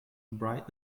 bright